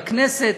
בכנסת,